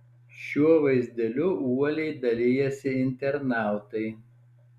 šiuo vaizdeliu uoliai dalijasi internautai